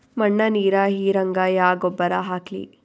ಮಣ್ಣ ನೀರ ಹೀರಂಗ ಯಾ ಗೊಬ್ಬರ ಹಾಕ್ಲಿ?